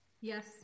Yes